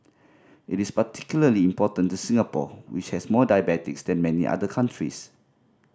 it is particularly important to Singapore which has more diabetics than many other countries